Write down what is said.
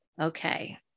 Okay